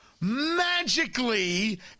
magically